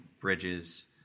bridges